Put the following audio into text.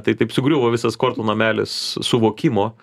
tai taip sugriuvo visas kortų namelis suvokimo